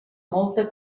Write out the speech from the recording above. molta